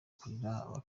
kurira